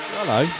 Hello